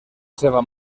seva